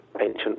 ancient